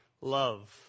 love